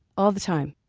all the time.